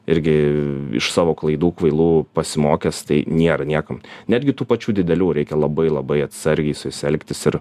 irgi iš savo klaidų kvailų pasimokęs tai nėra niekam netgi tų pačių didelių reikia labai labai atsargiai su jais elgtis ir